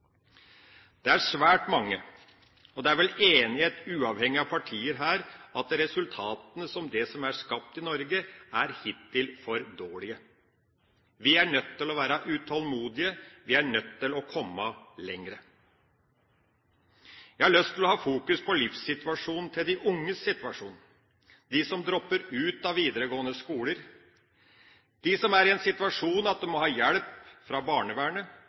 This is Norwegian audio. Det er svært mange, og det er vel enighet – uavhengig av partier her – om at resultatene av det som er skapt i Norge hittil, er for dårlige. Vi er nødt til å være utålmodige, vi er nødt til å komme lenger. Jeg har lyst til å fokusere på livssituasjonen til de unge – de som dropper ut av videregående skole, de som er i en situasjon der de må ha hjelp fra barnevernet,